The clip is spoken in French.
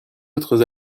autres